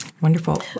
Wonderful